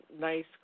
nice